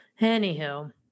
Anywho